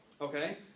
Okay